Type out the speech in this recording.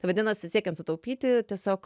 tai vadinasi siekiant sutaupyti tiesiog